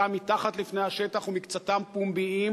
מקצתם מתחת לפני השטח ומקצתם פומביים,